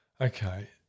Okay